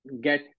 get